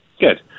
Good